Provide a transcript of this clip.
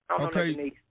Okay